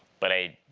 but i